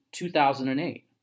2008